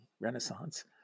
Renaissance